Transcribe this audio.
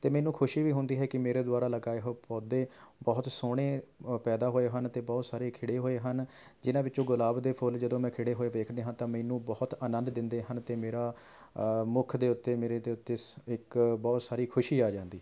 ਅਤੇ ਮੈਨੂੰ ਖੁਸ਼ੀ ਵੀ ਹੁੰਦੀ ਹੈ ਕਿ ਮੇੇਰੇ ਦੁਆਰਾ ਲਗਾਏ ਹੋਏ ਪੌਦੇ ਬਹੁਤ ਸੋਹਣੇ ਪੈਦਾ ਹੋਏ ਹਨ ਅਤੇ ਬਹੁਤ ਸਾਰੇ ਖਿੜੇ ਹੋਏ ਹਨ ਜਿਨ੍ਹਾਂ ਵਿੱਚੋਂ ਗੁਲਾਬ ਦੇ ਫੁੱਲ ਜਦੋਂ ਮੈਂ ਖਿੜੇ ਹੋਏ ਵੇਖਦਾ ਹਾਂ ਤਾਂ ਮੈਨੂੰ ਬਹੁਤ ਅਨੰਦ ਦਿੰਦੇ ਹਨ ਅਤੇ ਮੇਰਾ ਮੁੱਖ ਦੇ ਉੱਤੇ ਮੇਰੇ ਦੇ ਉੱਤੇ ਸ ਇੱਕ ਬਹੁਤ ਸਾਰੀ ਖੁਸ਼ੀ ਆ ਜਾਂਦੀ ਹੈ